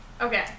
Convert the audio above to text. Okay